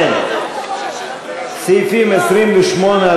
סעיפים 28,